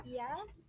yes